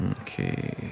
Okay